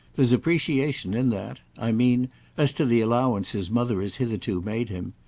there's appreciation in that i mean as to the allowance his mother has hitherto made him.